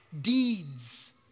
deeds